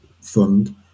fund